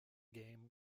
game